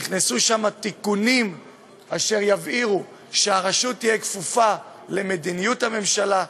נכנסו שם תיקונים אשר יבהירו שהרשות תהיה כפופה למדיניות הממשלה,